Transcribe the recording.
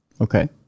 Okay